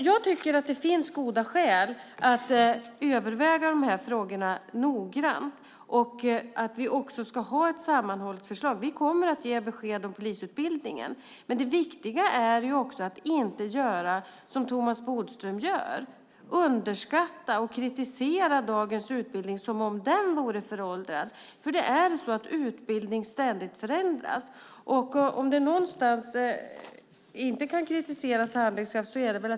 Jag tycker att det finns goda skäl att överväga de här frågorna noggrant. Jag tycker också att vi ska ha ett sammanhållet förslag. Vi kommer att ge besked om polisutbildningen. Men det är viktigt att inte göra som Thomas Bodström gör, det vill säga underskatta och kritisera dagens utbildning som om den vore föråldrad. Utbildning förändras ständigt.